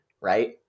right